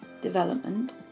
Development